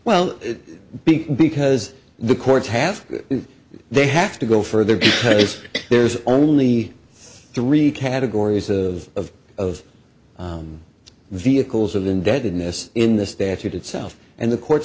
well big because the courts have they have to go further there's only three categories of of the vehicles of indebtedness in the statute itself and the courts